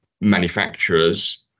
manufacturers